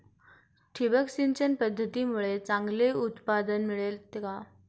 ठिबक सिंचन पद्धतीमुळे चांगले उत्पादन मिळते का?